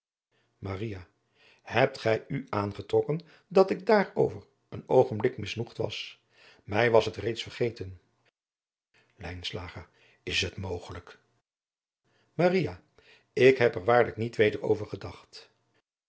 hebt gij u aangetrokken dat ik daarover een oogenblik misnoegd was mij was het reeds vergeten lijnslager is het mogelijk maria ik heb er waarlijk niet weder over gedacht